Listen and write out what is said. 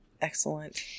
Excellent